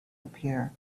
appear